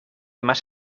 más